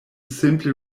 simply